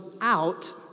out